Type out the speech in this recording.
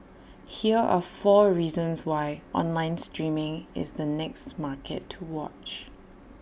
here are four reasons why online streaming is the next market to watch